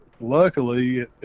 luckily